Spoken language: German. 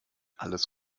alles